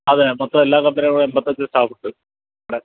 അതെ മൊത്തം എല്ലാ കമ്പനികളൂടെ എൺപത്തഞ്ച് സ്റ്റാഫുണ്ട് ഇവിടെ